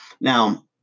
Now